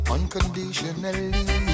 Unconditionally